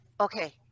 okay